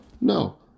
No